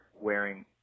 wearing